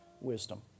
wisdom